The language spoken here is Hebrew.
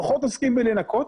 שפחות עוסקים בלנקות